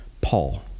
Paul